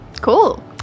Cool